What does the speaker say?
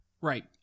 Right